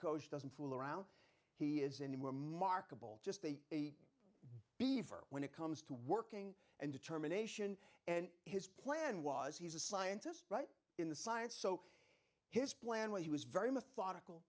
coached doesn't fool around he is any more marketable just the beaver when it comes to working and determination and his plan was he's a scientist right in the science so his plan when he was very methodical